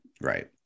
Right